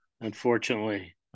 unfortunately